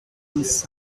with